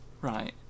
Right